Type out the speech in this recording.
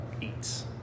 eats